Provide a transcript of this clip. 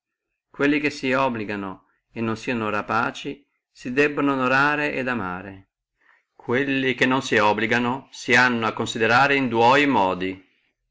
quelli che si obbligano e non sieno rapaci si debbono onorare et amare quelli che non si obbligano si hanno ad esaminare in dua modi